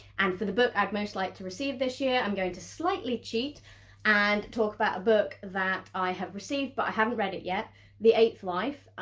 and for the book i'd most like to receive this year i'm going to slightly cheat and talk about a book that i have received but i haven't read it yet the eighth life.